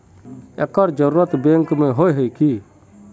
अगर जरूरत बैंक में होय है की?